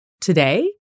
Today